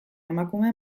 emakume